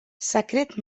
secret